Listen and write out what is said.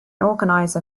organiser